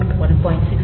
board 1